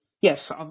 yes